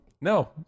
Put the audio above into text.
No